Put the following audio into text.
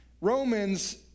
Romans